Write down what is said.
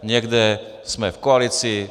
Někde jsme v koalici.